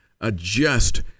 adjust